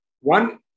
one